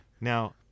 Now